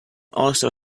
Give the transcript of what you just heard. also